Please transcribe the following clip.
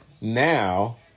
now